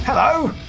Hello